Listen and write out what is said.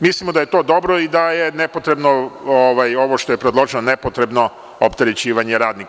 Mislimo da je to dobro i da je nepotrebno ovo što je predložila, nepotrebno opterećivanje radnika.